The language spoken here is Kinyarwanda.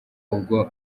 ubwo